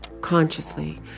consciously